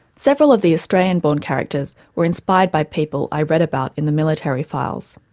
several of the australian-born characters were inspired by people i read about in the military files.